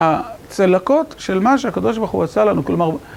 הצלקות של מה שהקב"ה עשה לנו כלומר...